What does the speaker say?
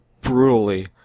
brutally